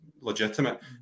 legitimate